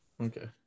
Okay